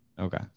Okay